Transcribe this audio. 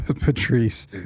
Patrice